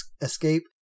escape